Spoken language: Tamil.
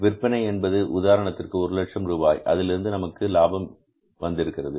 விற்பனை என்பது உதாரணத்திற்கு ஒரு லட்சம் ரூபாய் அதிலிருந்து எவ்வளவு நமக்கு லாபம் வந்திருக்கிறது